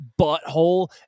butthole